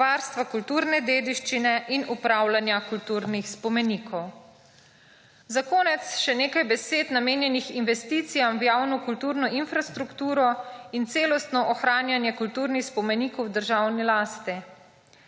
varstva kulturne dediščine in upravljanja kulturnih spomenikov. Za konec še nekaj besed, namenjenih investicijam v javno kulturno infrastrukturo in celostno ohranjanje kulturnih spomenikov v državni lasti.